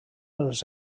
els